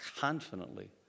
confidently